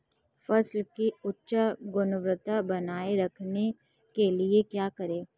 फसल की उच्च गुणवत्ता बनाए रखने के लिए क्या करें?